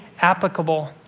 applicable